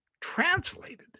translated